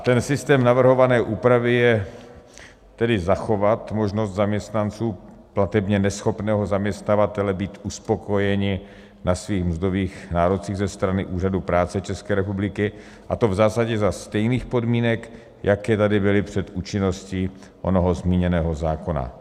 Ten systém navrhované úpravy je tedy zachovat možnost zaměstnanců platebně neschopného zaměstnavatele být uspokojeni na svých mzdových nárocích ze strany Úřadu práce ČR, a to v zásadě za stejných podmínek, jaké tady byly před účinností onoho zmíněného zákona.